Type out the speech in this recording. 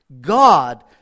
God